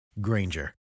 Granger